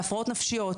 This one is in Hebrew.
להפרעות נפשיות,